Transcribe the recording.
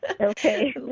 okay